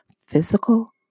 physical